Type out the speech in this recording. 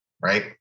right